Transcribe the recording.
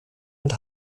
und